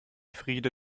friede